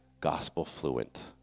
gospel-fluent